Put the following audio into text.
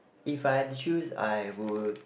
if I had to choose I would